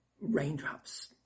raindrops